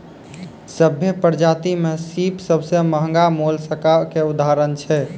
सभ्भे परजाति में सिप सबसें महगा मोलसका के उदाहरण छै